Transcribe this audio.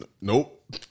nope